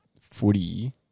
footy